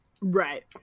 right